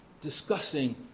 discussing